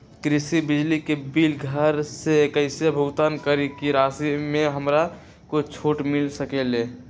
कृषि बिजली के बिल घर से कईसे भुगतान करी की राशि मे हमरा कुछ छूट मिल सकेले?